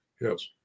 Yes